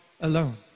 alone